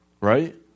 right